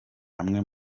amwe